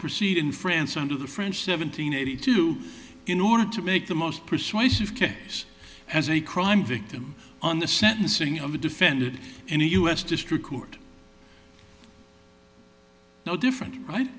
proceed in france under the french seventeen eighty two in order to make the most persuasive case as a crime victim on the sentencing of a defendant in a u s district court no different right